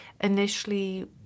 initially